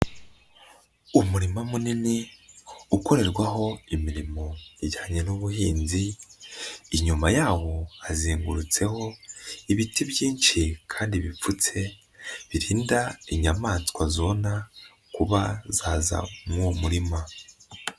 Umurima munini ukorerwaho imirimo ijyanye n'ubuhinzi, inyuma yawo hazengurutseho ibiti byinshi kandi bipfutse birinda inyamaswa zona kuba zaza muri uwo murima.